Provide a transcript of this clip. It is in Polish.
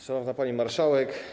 Szanowna Pani Marszałek!